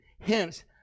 Hence